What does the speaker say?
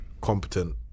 competent